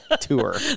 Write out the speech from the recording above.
tour